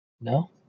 No